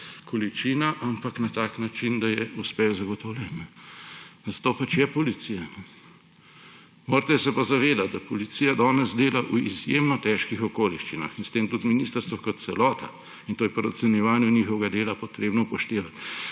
količina, ampak na tak način, da je uspeh zagotovljen. Zato pač je policija. Morate se pa zavedati, da policija danes dela v izjemno težkih okoliščinah in s tem tudi ministrstvo kot celota. In to je pri ocenjevanju njihovega dela treba upoštevati,